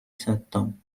صدام